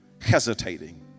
hesitating